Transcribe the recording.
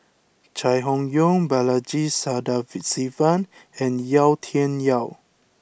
Chai Hon Yoong Balaji Sadasivan and Yau Tian Yau